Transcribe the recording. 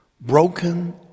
broken